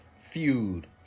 Feud